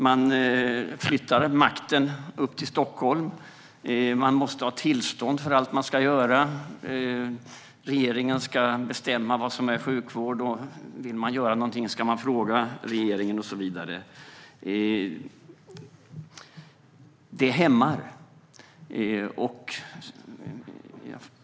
Makten flyttas upp till Stockholm, så att man måste ha tillstånd för allt man ska göra. Regeringen ska bestämma vad som är sjukvård, och om man vill göra någonting ska man fråga regeringen och så vidare. Det hämmar.